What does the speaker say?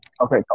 Okay